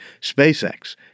SpaceX